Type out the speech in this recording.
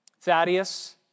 Thaddeus